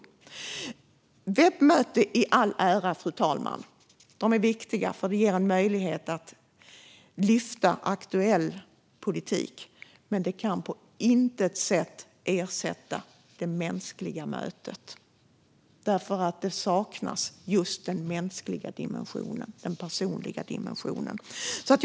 Och webbmöten i all ära, fru talman - de är viktiga, för de ger möjlighet att lyfta aktuell politik - men de kan på intet sätt ersätta det mänskliga mötet just för att den mänskliga och personliga dimensionen saknas.